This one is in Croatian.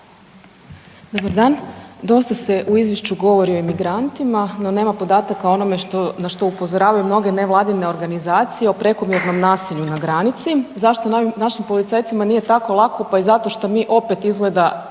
Dobar dan. Dosta se u Izvješću govori o imigrantima, no nema podataka o onome na što upozoravaju mnoge nevladine organizacije o prekomjernom nasilju na granici. Zašto ovim našim policajcima nije tako lako? Pa i zato što mi opet, izgleda,